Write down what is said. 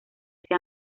sea